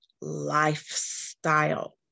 lifestyle